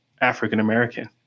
African-American